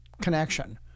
connection